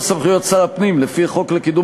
כל סמכויות שר הפנים לפי החוק לקידום